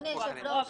השבוע הקרוב.